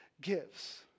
gives